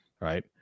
Right